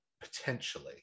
potentially